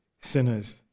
sinners